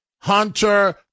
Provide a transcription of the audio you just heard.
Hunter